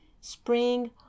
spring